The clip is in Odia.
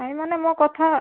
ନାଇଁ ମାନେ ମୋ କଥା